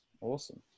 Awesome